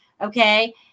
Okay